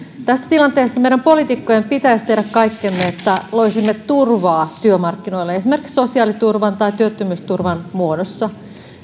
tässä tilanteessa meidän poliitikkojen pitäisi tehdä kaikkemme että loisimme turvaa työmarkkinoille esimerkiksi sosiaaliturvan tai työttömyysturvan muodossa